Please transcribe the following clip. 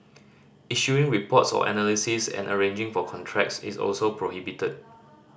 issuing reports or analysis and arranging for contracts is also prohibited